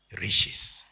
riches